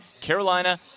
Carolina